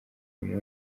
uyu